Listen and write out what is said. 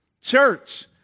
Church